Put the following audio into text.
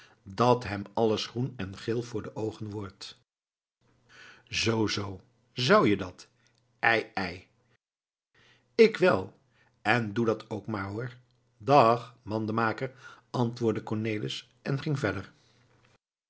dat hem alles groen en geel voor de oogen wordt zoo zoo zou-je dat ei ei ik wel en doe dat ook maar hoor dag mandenmaker antwoordde cornelis en ging verder